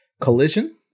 Collision